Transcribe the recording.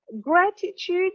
Gratitude